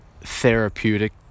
therapeutic